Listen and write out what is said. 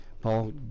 paul